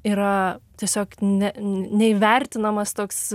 yra tiesiog ne neįvertinamas toks